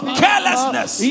carelessness